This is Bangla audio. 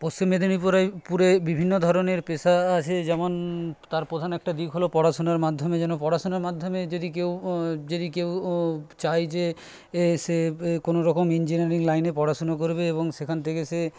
পশ্চিম মেদিনীপুরে পুরে বিভিন্ন ধরনের পেশা আছে যেমন তার প্রধান একটা দিক হলো পড়াশোনার মাধ্যমে যেন পড়াশোনার মাধ্যমে যদি কেউ যদি কেউ চায় যে সে কোনোরকম ইঞ্জিনিয়ারিং লাইনে পড়াশোনা করবে এবং সেখান থেকে সে